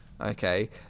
Okay